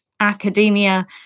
academia